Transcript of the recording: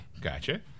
Gotcha